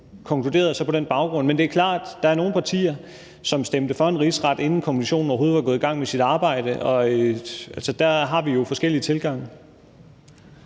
Men det er klart, at der er nogle partier, som stemte for en rigsret, inden kommissionen overhovedet var gået i gang med sit arbejde, og der har vi jo altså forskellige tilgange.